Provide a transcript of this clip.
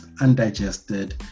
undigested